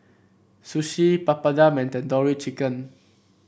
Sushi Papadum and Tandoori Chicken